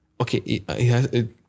okay